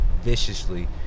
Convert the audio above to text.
viciously